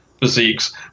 physiques